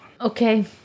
Okay